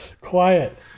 quiet